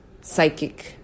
psychic